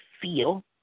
feel